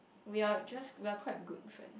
we are just we are quite good friends